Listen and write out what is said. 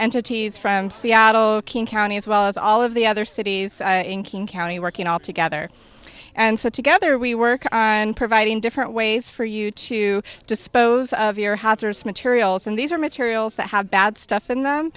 entities from seattle king county as well as all of the other cities in king county working all together and so together we work on providing different ways for you to dispose of your hazardous materials and these are materials that have bad stuff in them